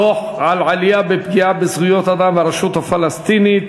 דוח על עלייה בפגיעה בזכויות האדם ברשות הפלסטינית,